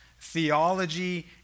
theology